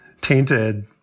tainted